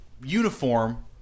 Uniform